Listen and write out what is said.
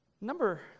Number